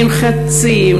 נמחצים,